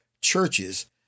churches